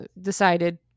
decided